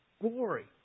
glory